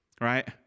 right